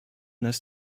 lässt